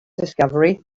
discovery